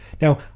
Now